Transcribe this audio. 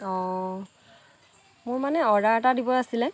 অঁ মোৰ মানে অৰ্ডাৰ এটা দিব আছিলে